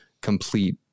complete